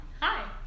hi